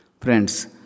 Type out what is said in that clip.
Friends